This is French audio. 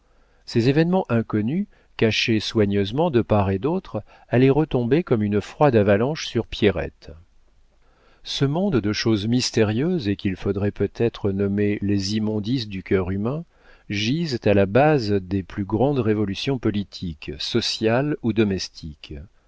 ces événements inconnus cachés soigneusement de part et d'autre allaient retomber comme une froide avalanche sur pierrette ce monde de choses mystérieuses et qu'il faudrait peut-être nommer les immondices du cœur humain gisent à la base des plus grandes révolutions politiques sociales ou domestiques